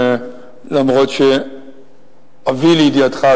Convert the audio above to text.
אף-על-פי שאביא לידיעתך,